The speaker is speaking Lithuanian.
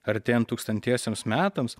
artėjant tūkstantiesiems metams